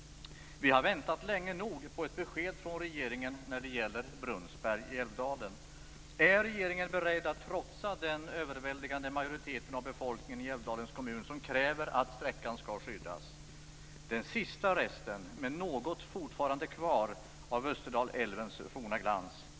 Vi har nu väntat länge nog på ett besked från regeringen när det gäller Brunnsberg i Älvdalen. Är regeringen beredd att trotsa den överväldigande majoritet av befolkningen i Älvdalens kommun som kräver att sträckan skall skyddas? Detta är den sista rest av Österdalälven som fortfarande har något kvar av sin forna glans.